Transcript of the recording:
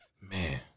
Man